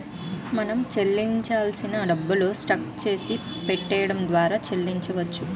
మనం చెల్లించాల్సిన డబ్బులు స్కాన్ చేసి పేటియం ద్వారా చెల్లించవచ్చు